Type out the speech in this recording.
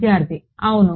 విద్యార్థి అవును